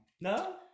No